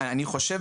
חושב,